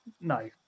No